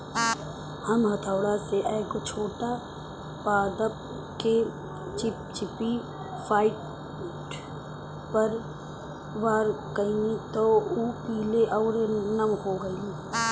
हम हथौड़ा से एगो छोट पादप के चिपचिपी पॉइंट पर वार कैनी त उ पीले आउर नम हो गईल